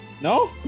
no